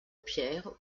pierre